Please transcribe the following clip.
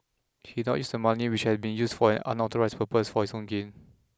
he dose not use the money which had been used for an unauthorised purpose for his own gain